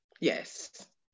yes